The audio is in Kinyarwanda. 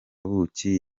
buki